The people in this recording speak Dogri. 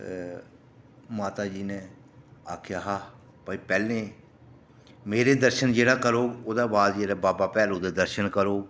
माता जी ने आखेआ कि भाई पैह्लें मेरे दर्शन करग ओह् बाद च बाबा भैरो दे दर्शन करग